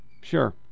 sure